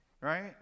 right